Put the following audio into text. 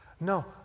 No